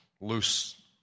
Loose